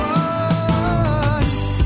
one